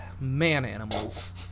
man-animals